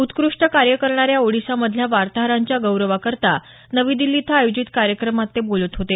उत्कृष्ट कार्य करणाऱ्या ओडिशा मधल्या वार्ताहरांच्या गौरवाकरता नवी दिल्ली इथं आयोजित कार्यक्रमात ते बोलत होते